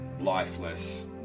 lifeless